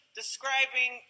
describing